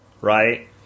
Right